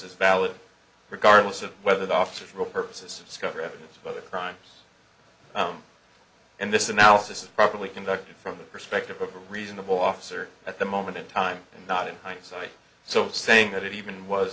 as valid regardless of whether the officer for a purpose is discovered evidence of a crime and this analysis is properly conducted from the perspective of a reasonable officer at the moment in time and not in hindsight so saying that it even was